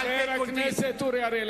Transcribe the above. חבר הכנסת אורי אריאל,